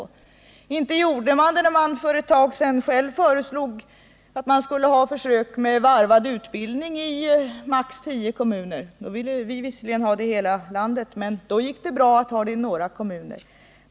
Inte gjorde man det när man för ett tag sedan föreslog försök med varvad utbildning i maximalt tio kommuner. Vi ville visserligen ha det i hela landet, men då gick det bra att ha det i några kommuner.